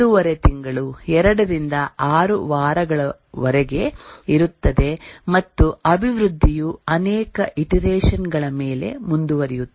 5 ತಿಂಗಳು 2 ರಿಂದ 6 ವಾರಗಳವರೆಗೆ ಇರುತ್ತದೆ ಮತ್ತು ಅಭಿವೃದ್ಧಿಯು ಅನೇಕ ಇಟರೆಷನ್ ಗಳ ಮೇಲೆ ಮುಂದುವರಿಯುತ್ತದೆ